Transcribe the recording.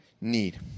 need